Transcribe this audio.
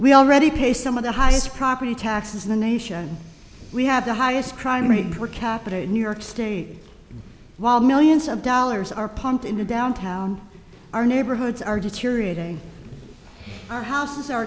we already pay some of the highest property taxes in the nation we have the highest crime rate per capita in new york state while millions of dollars are pumped into downtown our neighborhoods are deteriorating our houses are